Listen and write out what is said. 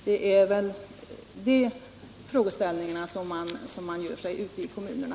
Det är de frågorna man ställer sig ute i kommunerna.